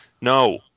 No